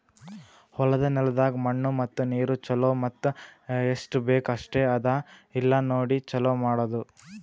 ಹೊಲದ ನೆಲದಾಗ್ ಮಣ್ಣು ಮತ್ತ ನೀರು ಛಲೋ ಮತ್ತ ಎಸ್ಟು ಬೇಕ್ ಅಷ್ಟೆ ಅದಾ ಇಲ್ಲಾ ನೋಡಿ ಛಲೋ ಮಾಡದು